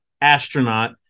astronaut